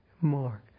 Mark